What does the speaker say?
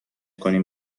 کنیم